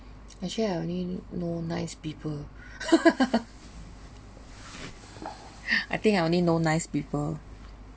actually I only know nice people I think I only know nice people